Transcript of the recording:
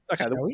Okay